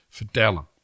vertellen